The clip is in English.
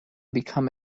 become